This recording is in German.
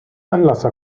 anlasser